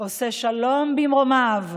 עושה שלום במרומיו,